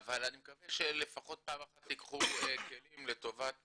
אבל אני מקווה שלפחות פעם אחת תיקחו כלים לטובת